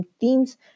themes